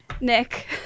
Nick